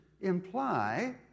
imply